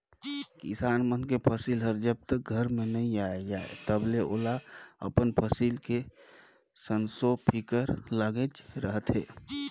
किसान मन के फसिल हर जब तक घर में नइ आये जाए तलबे ओला अपन फसिल के संसो फिकर लागेच रहथे